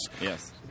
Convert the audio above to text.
Yes